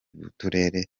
b’uturere